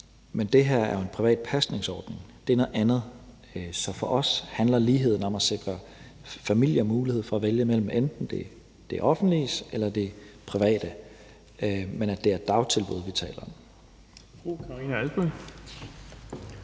Men det her er jo en privat pasningsordning. Det er noget andet. Så for os handler ligheden om at sikre familier mulighed for at vælge mellem enten det offentlige eller det private, men at det er dagtilbud, vi taler om.